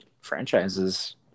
franchises